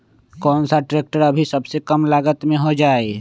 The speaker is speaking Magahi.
कौन सा ट्रैक्टर अभी सबसे कम लागत में हो जाइ?